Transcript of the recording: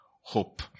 hope